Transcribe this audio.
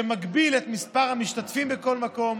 שמגביל את מספר המשתתפים בכל מקום,